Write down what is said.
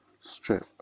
strip